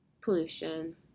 pollution